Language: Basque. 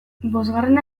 bosgarrena